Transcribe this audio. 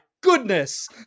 goodness